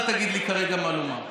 אל תגיד לי כרגע מה לומר.